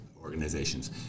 organizations